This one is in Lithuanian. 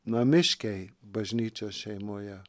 namiškiai bažnyčios šeimoje